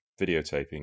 videotaping